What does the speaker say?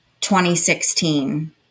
2016